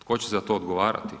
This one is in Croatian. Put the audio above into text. Tko će za to odgovarati?